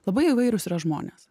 labai įvairūs yra žmonės